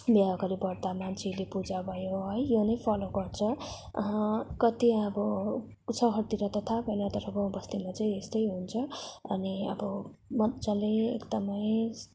बिहा अगाडि व्रत मान्छेहरूले पूजा भयो है यो नै फलो गर्छ कति अब सहरतिर थाह भएन तर बस्तीमा चाहिँ यस्तै हुन्छ अनि अब मजाले एकदमै